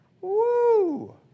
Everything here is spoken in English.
woo